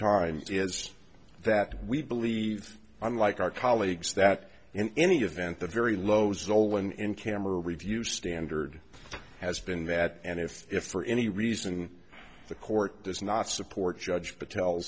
time is that we believe unlike our colleagues that in any event the very low sole one in camera review standard has been that and if if for any reason the court does not support judge